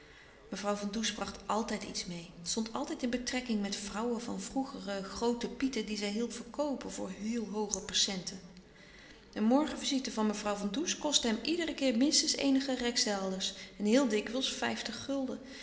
mevrouw van does bracht altijd iets meê stond altijd in betrekking met vrouwen van vroegere groote pieten die zij hielp verkoopen voor heel hooge percenten een morgenvisite van mevrouw van does kostte hem iederen keer minstens eenige rijksdaalders en heel dikwijls vijftig gulden